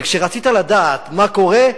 וכשרצית לדעת מה קורה,